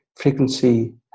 frequency